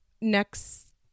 next